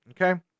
Okay